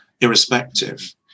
irrespective